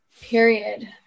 Period